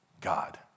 God